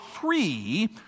three